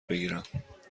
بگیرم